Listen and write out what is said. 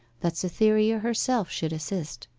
that cytherea herself should assist.